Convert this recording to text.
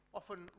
often